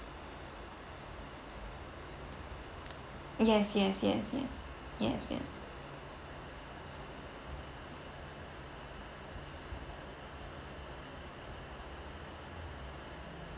yes yes yes yes yes yes